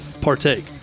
partake